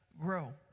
grow